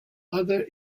other